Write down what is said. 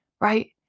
right